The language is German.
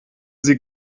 sie